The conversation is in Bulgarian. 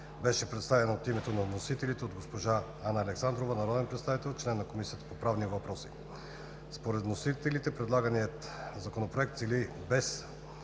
беше представен от името на вносителите от госпожа Анна Александрова – народен представител, член на Комисията по правни въпроси. Според вносителите предлаганият Законопроект цели, без